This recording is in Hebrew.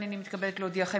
הינני מתכבדת להודיעכם,